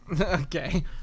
Okay